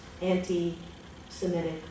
anti-Semitic